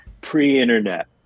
pre-internet